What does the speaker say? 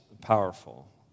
powerful